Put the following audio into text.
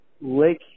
Lake